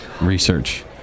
Research